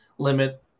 Limit